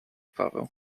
paweł